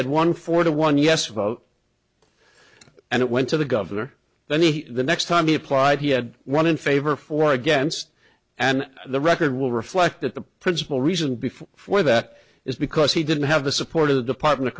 had one for the one yes vote and it went to the governor then he the next time he applied he had one in favor for or against and the record will reflect that the principal reason before for that is because he didn't have the support of the department of